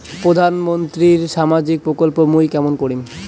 প্রধান মন্ত্রীর সামাজিক প্রকল্প মুই কেমন করিম?